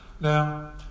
Now